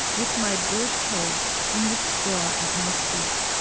with my bird-cage in the straw at my feet,